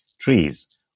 trees